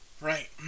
Right